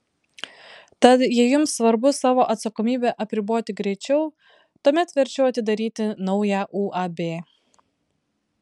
tad jei jums svarbu savo atsakomybę apriboti greičiau tuomet verčiau atidaryti naują uab